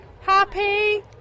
Happy